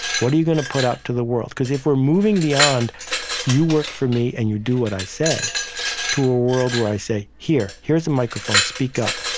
what are you going to put out to the world? because if we're moving beyond you work for me and you do what i say to a world where i say, here, here's a microphone speak up.